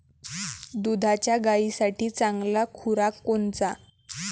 दुधाच्या गायीसाठी चांगला खुराक कोनचा?